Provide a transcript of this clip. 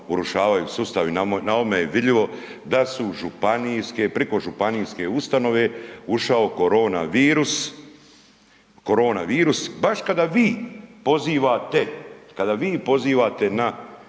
urušavaju sustav i na ovome je vidljivo da su županijske, priko županijske ustanove ušao korona virus, baš kada vi pozivate, kada vi pozivate u